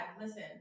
Listen